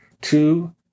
Two